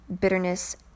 bitterness